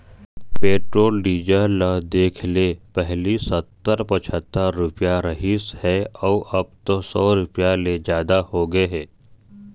petrol diesel ल देखले पहिली सत्तर, पछत्तर रूपिया रिहिस हे अउ अब तो सौ रूपिया ले जादा होगे हे